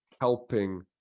helping